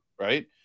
Right